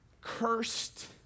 cursed